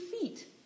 feet